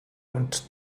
und